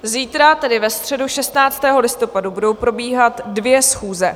Zítra, tedy ve středu 16. listopadu, budou probíhat dvě schůze.